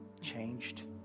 changed